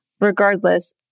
regardless